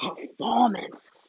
performance